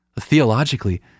Theologically